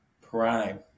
Prime